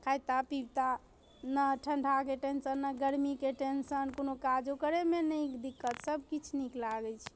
खेता पीता नहि ठण्डाके टेन्शन नहि गरमीके टेन्शन कोनो काजो करैमे नहि दिक्कत सबकिछु नीक लागै छै